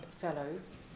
Fellows